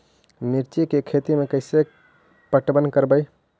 मिर्ची के खेति में कैसे पटवन करवय?